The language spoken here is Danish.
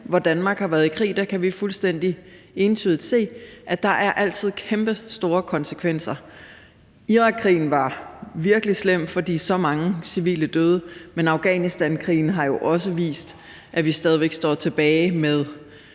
hvor Danmark har været i krig – det er fuldstændig entydigt – altid har haft kæmpestore konsekvenser. Irakkrigen var virkelig slem, fordi så mange civile døde, men Afghanistankrigen har jo også haft som konsekvens, at vi stadig væk står tilbage med